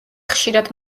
ხშირად